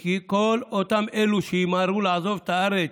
כי כל אותם אלו שימהרו לעזוב את הארץ,